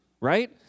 right